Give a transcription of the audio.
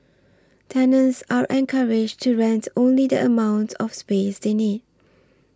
tenants are encouraged to rent only the amount of space they need